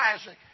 Isaac